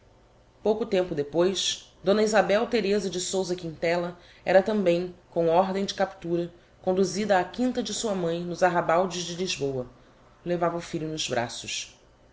pouco tempo depois d isabel thereza de souza quintella era tambem com ordem de captura conduzida á quinta de sua mãi nos arrabaldes de lisboa levava o filho nos braços